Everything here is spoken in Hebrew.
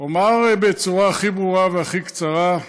אומר בצורה הכי ברורה והכי קצרה: